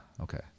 okay